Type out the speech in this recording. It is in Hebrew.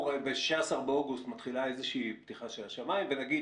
שב-16 באוגוסט מתחילה פתיחה של השמיים ונגיד